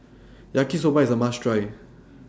Yaki Soba IS A must Try